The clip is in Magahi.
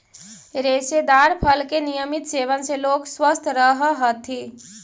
रेशेदार फल के नियमित सेवन से लोग स्वस्थ रहऽ हथी